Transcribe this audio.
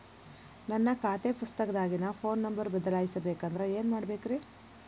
ನನ್ನ ಖಾತೆ ಪುಸ್ತಕದಾಗಿನ ಫೋನ್ ನಂಬರ್ ಬದಲಾಯಿಸ ಬೇಕಂದ್ರ ಏನ್ ಮಾಡ ಬೇಕ್ರಿ?